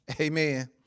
Amen